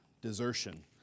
desertion